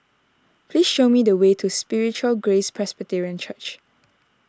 please show me the way to Spiritual Grace Presbyterian Church